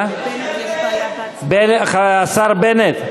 השר בנט,